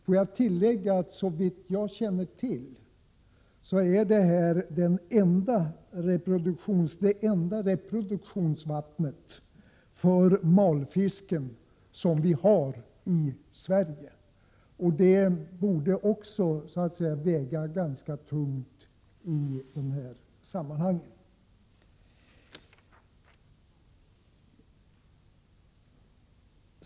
Låt mig tillägga att Emån såvitt jag känner till är det enda reproduktionsvattnet för malfisk som vi har i Sverige. Det borde också vara ett tungt vägande skäl att låta Emån skyddas enligt naturresurslagen.